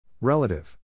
Relative